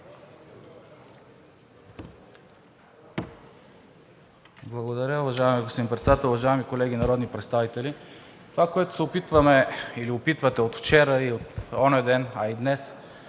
Благодаря, уважаеми господин Председател. Уважаеми колеги народни представители! Това, което се опитваме или опитвате от вчера и от онзи ден, а и днес